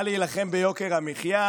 על להילחם ביוקר המחיה,